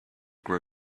grow